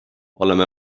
oleme